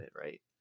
right